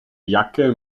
jacke